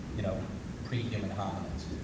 you know, pre-humans hominids,